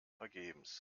vergebens